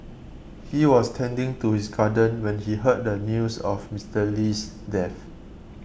he was tending to his garden when he heard the news of Mister Lee's death